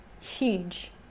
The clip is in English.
huge